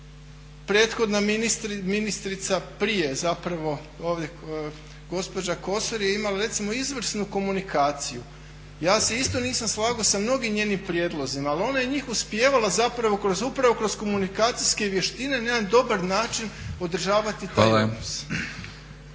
Prethodna ministrica prije zapravo ovdje gospođa Kosor je imala recimo izvrsnu komunikaciju. Ja se isto nisam slagao sa mnogim njenim prijedlozima, ali ona je njih uspijevala zapravo kroz upravo kroz komunikacijske vještine na jedan dobar način održavati